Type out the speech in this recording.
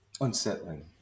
unsettling